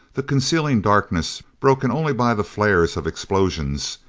the concealing darkness, broken only by the flares of explosions,